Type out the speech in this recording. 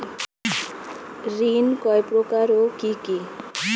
ঋণ কয় প্রকার ও কি কি?